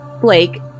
Blake